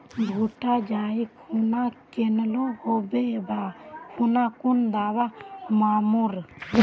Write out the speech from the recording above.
भुट्टा जाई खुना निकलो होबे वा खुना कुन दावा मार्मु?